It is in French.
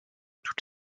toutes